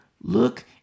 look